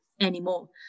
Anymore